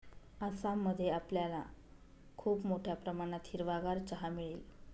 आसाम मध्ये आपल्याला खूप मोठ्या प्रमाणात हिरवागार चहा मिळेल